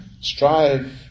strive